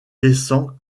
descend